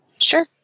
Sure